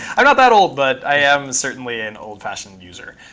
i'm not that old, but i am certainly an old-fashioned user.